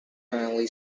hanley